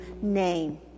name